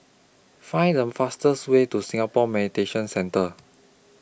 Find The fastest Way to Singapore Mediation Centre